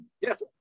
Yes